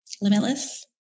Limitless